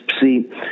see